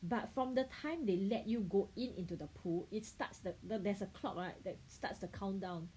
but from the time they let you go in into the pool it starts the the there's a clock right that starts the countdown